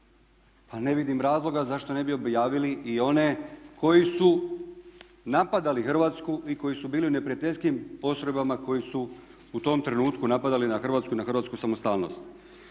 pa ne vidim razloga zašto ne bi objavili i one koji su napadali Hrvatsku i koji su bili u neprijateljskim postrojbama koji su u tom trenutku napadali na Hrvatsku i na hrvatsku samostalnost.